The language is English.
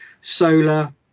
solar